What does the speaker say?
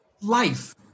life